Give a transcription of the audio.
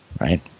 right